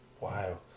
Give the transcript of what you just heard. Wow